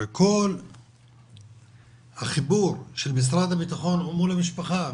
הרי כל החיבור של משרד הבטחון הוא מול המשפחה,